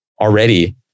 already